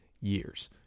years